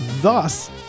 Thus